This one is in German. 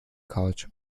couch